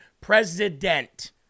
president